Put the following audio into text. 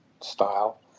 style